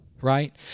right